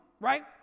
right